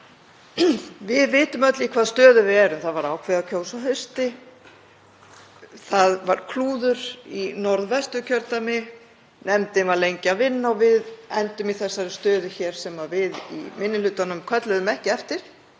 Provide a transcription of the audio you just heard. Við vitum öll í hvaða stöðu við erum. Það var ákveðið að kjósa að hausti. Það varð klúður í Norðvesturkjördæmi. Nefndin var lengi að vinna og við enduðum í þeirri stöðu hér sem við í minni hlutanum kölluðum ekki eftir